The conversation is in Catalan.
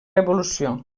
revolució